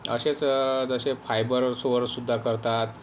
असेच जसे फायबर्सवर सुद्धा करतात